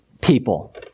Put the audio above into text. people